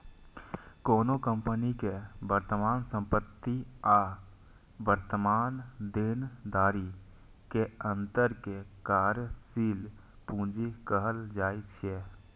कोनो कंपनी के वर्तमान संपत्ति आ वर्तमान देनदारी के अंतर कें कार्यशील पूंजी कहल जाइ छै